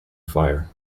fire